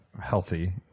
healthy